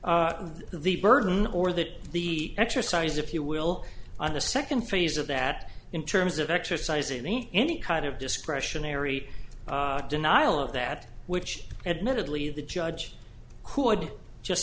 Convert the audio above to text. fact the burden or that the exercise if you will on the second phase of that in terms of exercising any any kind of discretionary denial of that which admittedly the judge could just